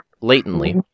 latently